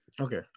okay